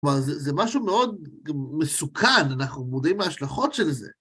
כלומר זה משהו מאוד מסוכן, אנחנו מודעים מההשלכות של זה.